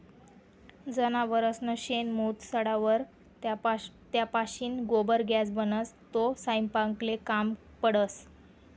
जनावरसनं शेण, मूत सडावर त्यापाशीन गोबर गॅस बनस, तो सयपाकले काम पडस